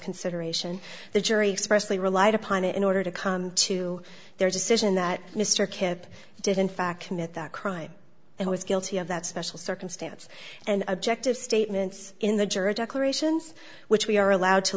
consideration the jury expressly relied upon it in order to come to their decision that mr kip did in fact commit that crime and was guilty of that special circumstance and objective statements in the jury declarations which we are allowed to